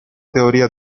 teoria